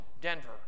Denver